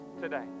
today